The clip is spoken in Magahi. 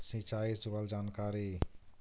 सिंचाई से जुड़ल जानकारी?